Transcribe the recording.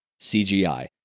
CGI